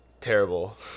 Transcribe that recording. Terrible